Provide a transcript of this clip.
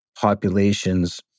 populations